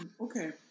Okay